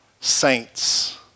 saints